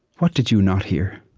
what did you not hear?